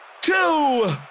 two